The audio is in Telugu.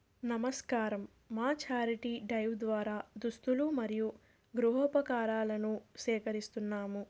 నమస్కారం మా చారిటీ డైవ్ ద్వారా దుస్తులు మరియు గృహోపకారణాలను సేకరిస్తున్నాము